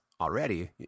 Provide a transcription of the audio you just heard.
already